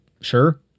sure